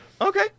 Okay